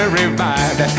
revived